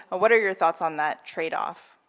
what are your thoughts on that trade off?